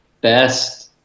best